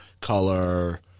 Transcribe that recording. color